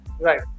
Right